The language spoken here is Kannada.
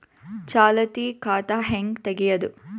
ಚಾಲತಿ ಖಾತಾ ಹೆಂಗ್ ತಗೆಯದು?